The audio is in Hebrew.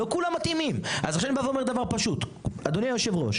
אדוני היו"ר,